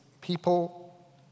people